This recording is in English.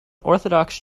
orthodox